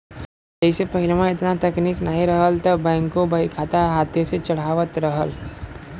जइसे पहिलवा एतना तकनीक नाहीं रहल त बैंकों बहीखाता हाथे से चढ़ावत रहल